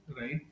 right